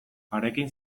harekin